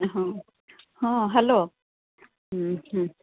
ହଁ ହଁ ହ୍ୟାଲୋ ହୁଁ ହୁଁ